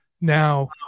now